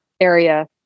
area